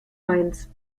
mainz